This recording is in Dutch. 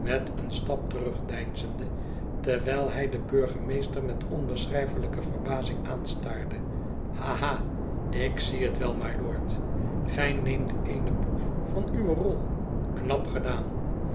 een stap terugdeinzende terwijl hij den burgemeester met onbeschijfeiijke verbazing aanstaarde ha ha ik zie het wel mylord gij neemt eene proef van uwe rol knap gedaan